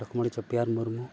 ᱞᱚᱠᱢᱚᱱ ᱪᱚᱯᱮᱭᱟᱨ ᱢᱩᱨᱢᱩ